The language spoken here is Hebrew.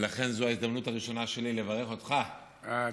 ולכן זו ההזדמנות הראשונה שלי לברך אותך, תודה.